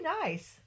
nice